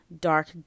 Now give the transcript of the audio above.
dark